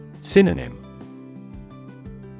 Synonym